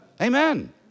Amen